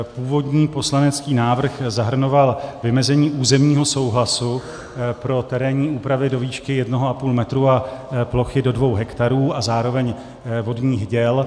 Původní poslanecký návrh zahrnoval vymezení územního souhlasu pro terénní úpravy do výšky 1,5 metru a plochy do 2 hektarů a zároveň vodních děl.